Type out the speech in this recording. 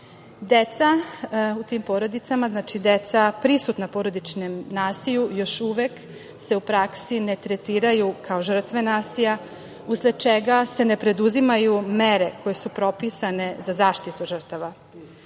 itd. Deca u tim porodicama, znači deca prisutna porodičnom nasilju još uvek se u praksi ne tretiraju kao žrtve nasilja usled čega se ne preduzimaju mere koje su propisane za zaštitu žrtava.